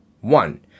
One